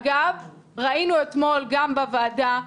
אגב, ראינו אתמול גם בוועדה,